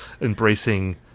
embracing